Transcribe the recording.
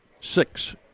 six